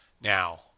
Now